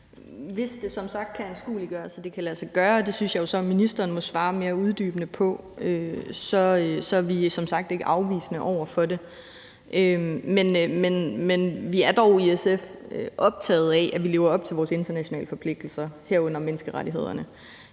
sagt kan anskueliggøres, så det kan lade sig gøre, og det synes jeg så ministeren må svare mere uddybende på, er vi som sagt ikke afvisende over for det. Men vi er dog i SF optaget af, at vi lever op til vores internationale forpligtelser, herunder menneskerettighederne.